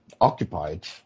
occupied